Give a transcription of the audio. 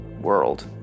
world